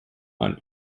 man